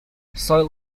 soil